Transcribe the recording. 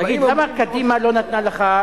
באים ואומרים: